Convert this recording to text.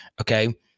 okay